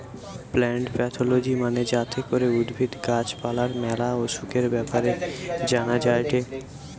plant pathology মানে যাতে করে উদ্ভিদ, গাছ পালার ম্যালা অসুখের ব্যাপারে জানা যায়টে